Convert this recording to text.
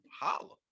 Holla